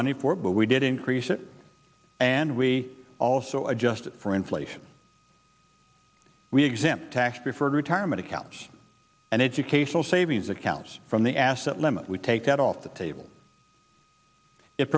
money for it but we did increase it and we also adjusted for inflation we exempt tax deferred retirement accounts and educational savings accounts from the asset limit we take that off the table it